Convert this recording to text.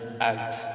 out